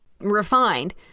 refined